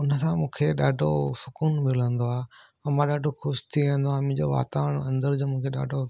उन सां मूंखे ॾाढो सुकूनु मलंदो आहे ऐं मां ॾाढो ख़ुशि थी वेंदो आहियां मुंहिंजो वातावरण अंदर जो मुखे ॾाढो